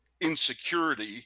insecurity